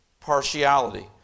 partiality